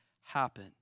happen